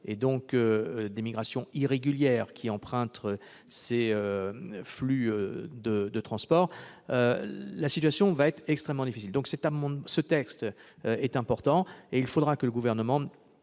des migrations irrégulières qui empruntent ces flux de transports, la situation risque d'être extrêmement difficile. Ce texte est donc important. Il faudra que le Gouvernement,